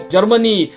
Germany